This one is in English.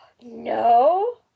No